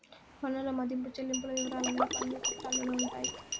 పన్నుల మదింపు చెల్లింపుల వివరాలన్నీ పన్నుల చట్టాల్లోనే ఉండాయి